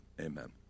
amen